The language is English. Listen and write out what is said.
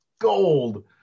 gold